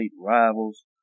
rivals